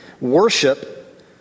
Worship